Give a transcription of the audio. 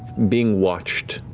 being watched,